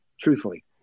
truthfully